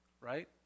right